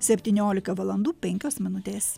septyniolika valandų penkios minutės